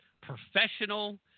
professional